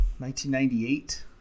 1998